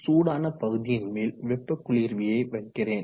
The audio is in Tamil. சூடான பகுதியின் மேல் வெப்ப குளிர்வியை வைக்கிறேன்